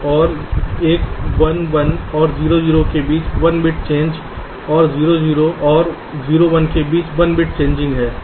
और एक 1 1 और 0 1 के बीच 1 बिट चेंज और 0 0 और 0 1 के बीच 1 बिट चेंजिंग है